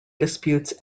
disputes